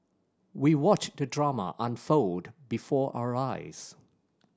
we watched the drama unfold before our eyes